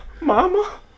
Mama